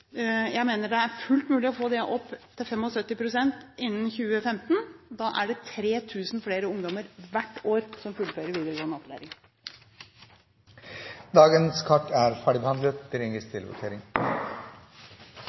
Jeg mener det er fullt mulig å få det opp til 75 pst. innen 2015. Da er det 3 000 flere ungdommer hvert år som fullfører videregående opplæring. Da er sak nr. 9 ferdigbehandlet.